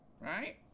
right